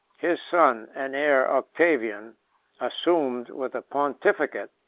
his son and heir octavian assumed, with the pontificate,